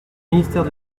ministère